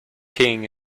king